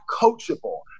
coachable